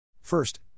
First